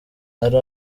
ari